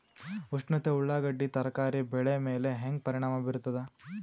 ಉಷ್ಣತೆ ಉಳ್ಳಾಗಡ್ಡಿ ತರಕಾರಿ ಬೆಳೆ ಮೇಲೆ ಹೇಂಗ ಪರಿಣಾಮ ಬೀರತದ?